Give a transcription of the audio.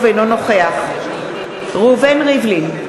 אינו נוכח ראובן ריבלין,